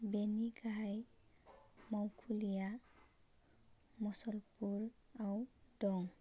बेनि गाहाइ मावखुलिया मुसलपुराव दं